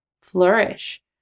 flourish